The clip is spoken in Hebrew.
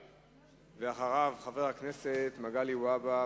אחריו, חבר הכנסת מגלי והבה.